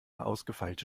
ausgefeilte